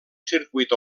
circuit